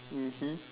mmhmm